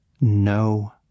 no